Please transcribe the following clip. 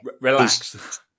relax